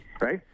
Right